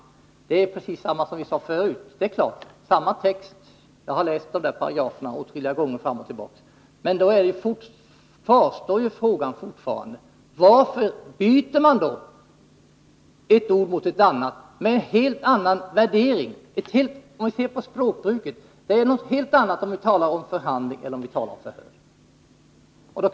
Resonemanget är exakt detsamma som tidigare, nämligen att det är fråga om samma text. Jag har läst paragraferna i fråga åtskilliga gånger, men fortfarande kvarstår frågan varför man byter ut ett ord mot ett annat med en helt annan innebörd. Språkligt sett är förhandling något helt annat än förhör.